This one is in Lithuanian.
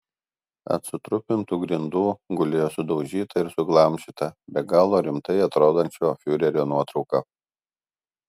ant sutrupintų grindų gulėjo sudaužyta ir suglamžyta be galo rimtai atrodančio fiurerio nuotrauka